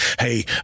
Hey